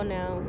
now